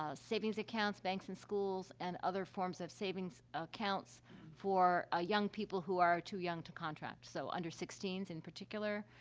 ah savings accounts, banks in schools, and other forms of savings accounts for, ah, young people who are too young to contract, so under sixteen s in particular.